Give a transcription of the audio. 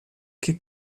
que